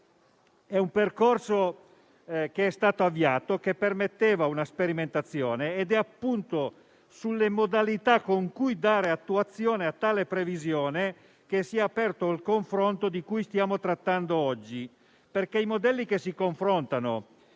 Il percorso avviato permetteva una sperimentazione ed è appunto sulle modalità con cui dare attuazione a tale previsione che si è aperto il confronto di cui stiamo trattando oggi, perché i modelli che si confrontano